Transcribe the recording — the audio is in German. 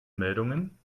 meldungen